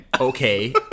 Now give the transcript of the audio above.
Okay